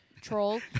troll